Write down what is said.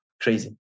Crazy